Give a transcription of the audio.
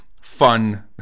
fun